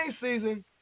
season